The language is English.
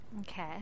Okay